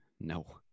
no